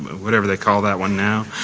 whatever they call that one now.